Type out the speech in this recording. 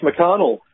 McConnell